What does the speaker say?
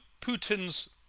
Putin's